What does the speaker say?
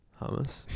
hummus